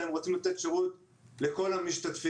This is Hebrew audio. אלא הם רוצים לתת שרות לכל המשתתפים.